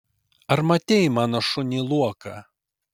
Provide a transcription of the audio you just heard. ar matei mano šunį luoką